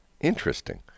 Interesting